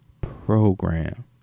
program